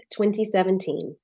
2017